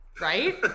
right